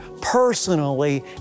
personally